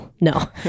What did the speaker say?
no